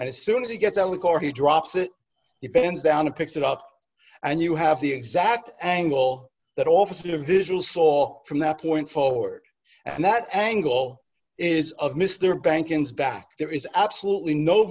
and as soon as he gets on the car he drops it it bends down and picks it up and you have the exact angle that officer the visual saw from that point forward and that angle is of mr banking's back there is absolutely no